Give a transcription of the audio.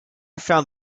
found